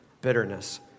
bitterness